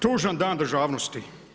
Tužan dan državnosti.